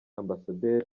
amb